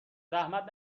زحمت